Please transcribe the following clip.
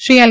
Shri L